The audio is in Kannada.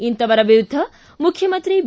ಇಂತವರ ವಿರುದ್ದ ಮುಖ್ಯಮಂತ್ರಿ ಬಿ